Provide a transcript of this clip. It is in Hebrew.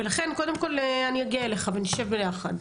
ולכן קודם כל אני אגיע אליך ונשב ביחד.